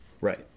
Right